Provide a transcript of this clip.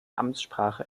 amtssprache